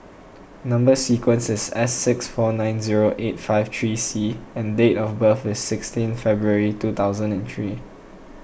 Number Sequence is S six four nine zero eight five three C and date of birth is sixteen February two thousand and three